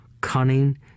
cunning